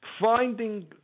finding